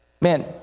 Man